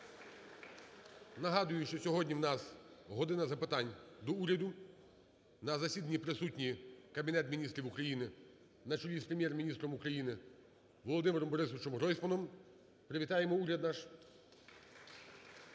Нагадую, що сьогодні у нас "година запитань до Уряду". На засіданні присутній Кабінет Міністрів України на чолі з Прем'єр-міністром України Володимиром Борисовичем Гройсманом. Привітаємо уряд наш. (Оплески)